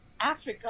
Africa